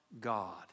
God